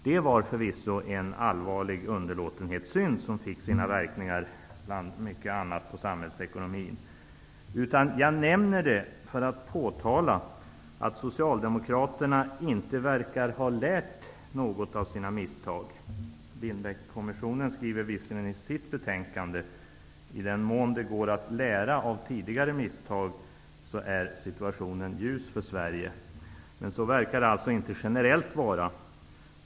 Det var förvisso en allvarlig underlåtenhetssynd, som fick sina verkningar bland mycket annat på samhällsekonomin. Jag nämner detta för att påtala att Socialdemokraterna inte verkar ha lärt sig något av sina misstag. Lindbeckkommissionen skriver visserligen i sitt betänkande: ''I den mån det går att lära av tidigare misstag är situationen ljus för Sverige.'' Så verkar det alltså inte generellt vara.